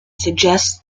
suggests